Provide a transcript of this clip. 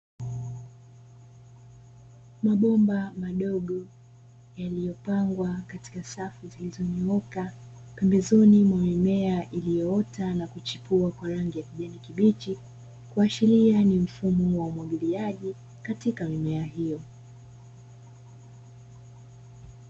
Mabomba madogo yaliyopangwa katika safu zilizonyooka pembezoni mwa mimea iliyoota na kuchipua kwa rangi ya kijani kibichi, kuashiria ni mfumo wa umwagiliaji katika mimea hiyo.